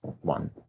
one